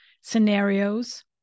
scenarios